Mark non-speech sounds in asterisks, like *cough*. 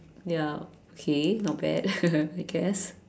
ya okay not bad *laughs* I guess